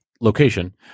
location